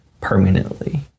permanently